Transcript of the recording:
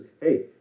hey